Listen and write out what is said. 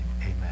Amen